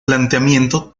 planteamiento